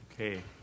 Okay